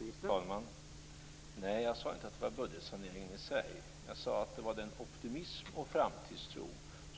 Herr talman! Nej, jag sade inte att det var budgetsaneringen i sig som skulle göra detta. Jag sade att det var den optimism och framtidstro